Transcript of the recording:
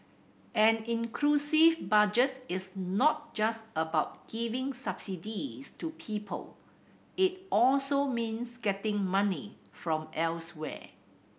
an inclusive Budget is not just about giving subsidies to people it also means getting money from elsewhere